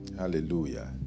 Hallelujah